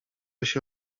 się